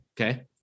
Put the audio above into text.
Okay